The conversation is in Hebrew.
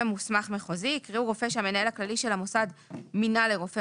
מוסמך מחוזי" יקראו "רופא שהמנהל הכללי של המוסד מינה לרופא